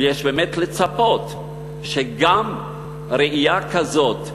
ויש באמת לצפות שגם ראייה כזאת,